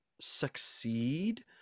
succeed